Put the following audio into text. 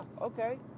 okay